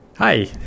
Hi